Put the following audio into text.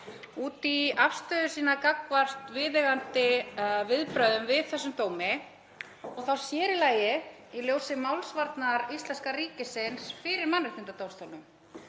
út í afstöðu sína gagnvart viðeigandi viðbrögðum við þessum dómi, þá sér í lagi í ljósi málsvarnar íslenska ríkisins fyrir Mannréttindadómstólnum